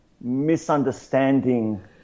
misunderstanding